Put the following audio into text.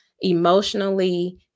emotionally